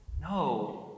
no